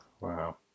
wow